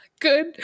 good